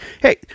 Hey